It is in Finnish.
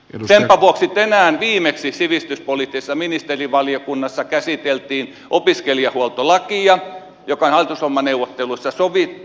senpä vuoksi tänään viimeksi sivistyspoliittisessa ministerivaliokunnassa käsiteltiin opiskelijahuoltolakia joka on hallitusohjelmaneuvotteluissa sovittu